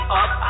up